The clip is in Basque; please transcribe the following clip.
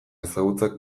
ezagutzak